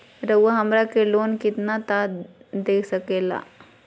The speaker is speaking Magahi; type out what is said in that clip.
रउरा हमरा के लोन कितना तक का दे सकेला?